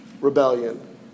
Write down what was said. rebellion